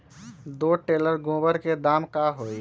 दो टेलर गोबर के दाम का होई?